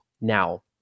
Now